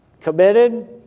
committed